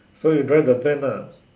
so you drive the van ah